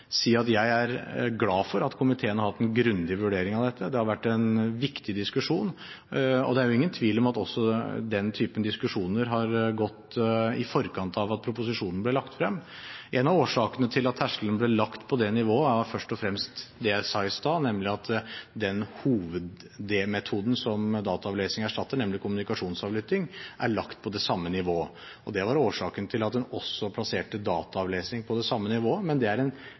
si at jeg er glad for at komiteen har hatt en grundig vurdering av dette. Det har vært en viktig diskusjon, og det er ingen tvil om at også denne typen diskusjoner har gått i forkant av at proposisjonen ble lagt frem. En av årsakene til at terskelen ble lagt på det nivået, er først og fremst det jeg sa i stad, nemlig at den hovedmetoden som dataavlesing erstatter, nemlig kommunikasjonsavlytting, er lagt på det samme nivået, og det var årsaken til at en også plasserte dataavlesing på det samme nivået. Men det er en